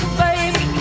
baby